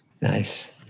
Nice